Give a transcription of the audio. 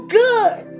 good